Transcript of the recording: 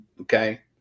Okay